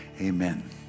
Amen